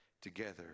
together